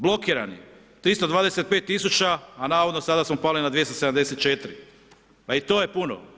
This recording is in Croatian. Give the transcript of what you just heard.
Blokirani, 325 tisuća a navodno sada smo pali na 274, pa i to je puno.